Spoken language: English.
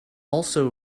also